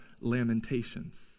Lamentations